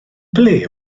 ble